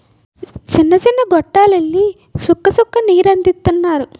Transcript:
సిన్న సిన్న గొట్టాల్లెల్లి సుక్క సుక్క నీరందిత్తన్నారు